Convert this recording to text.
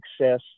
success